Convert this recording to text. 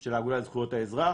של האגודה לזכויות האזרח,